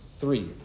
three